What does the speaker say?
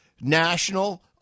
National